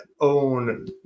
own